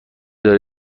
داره